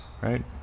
Right